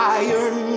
iron